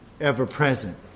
ever-present